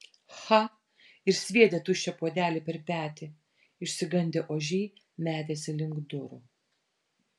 cha ir sviedė tuščią puodelį per petį išsigandę ožiai metėsi link durų